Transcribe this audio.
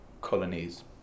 colonies